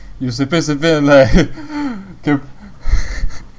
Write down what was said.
you 随便随便 like can